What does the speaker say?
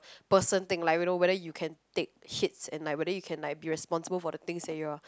person thing like whether whether you can take hits and like whether you can like be responsible for the things that you are